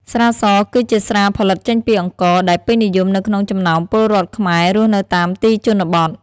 ស្រាស គឺជាស្រាផលិតចេញពីអង្ករ ដែលពេញនិយមនៅក្នុងចំណោមពលរដ្ឋខ្មែររស់នៅតាមទីជនបទ។